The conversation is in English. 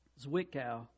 Zwickau